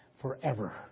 forever